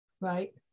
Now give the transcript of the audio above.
right